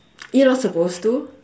you're not supposed to